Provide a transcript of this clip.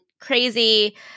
crazy